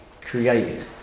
created